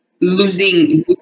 losing